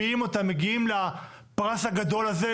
מגיעים לפרס הגדול הזה,